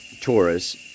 Taurus